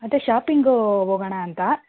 ಮತ್ತೆ ಶಾಪಿಂಗು ಹೋಗಣ ಅಂತ